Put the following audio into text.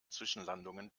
zwischenlandungen